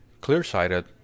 clear-sighted